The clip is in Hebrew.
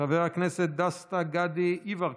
חבר הכנסת דסטה גדי יברקן,